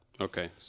Okay